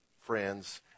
friends